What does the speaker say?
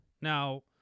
now